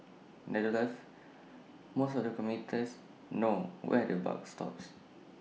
nevertheless most of the commuters know where the buck stops